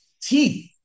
Teeth